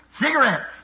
cigarettes